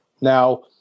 Now